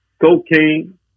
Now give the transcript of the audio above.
cocaine